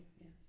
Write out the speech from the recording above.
Yes